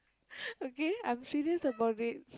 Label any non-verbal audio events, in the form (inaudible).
(laughs) okay I'm serious about it